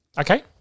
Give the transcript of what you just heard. Okay